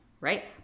right